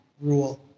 rule